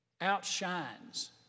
outshines